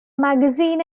magazine